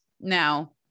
now